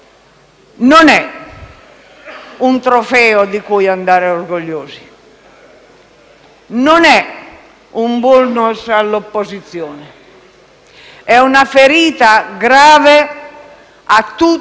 non è un trofeo di cui andare orgogliosi, non è un *vulnus* all'opposizione, ma è una ferita grave a tutti,